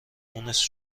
مونس